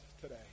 today